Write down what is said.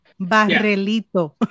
Barrelito